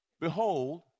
Behold